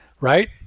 right